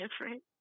different